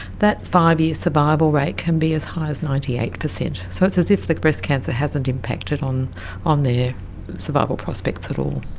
that five-year survival rate can be as high as ninety eight percent. so it's as if the breast cancer hasn't impacted on on their survival prospects at all.